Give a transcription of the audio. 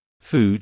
food